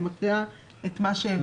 אני מקריאה את מה שהביאו.